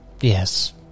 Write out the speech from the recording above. Yes